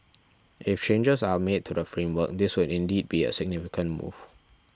if changes are made to the framework this would indeed be a significant move